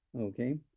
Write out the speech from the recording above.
Okay